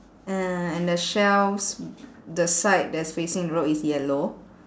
uh and the shelves the side that's facing the road is yellow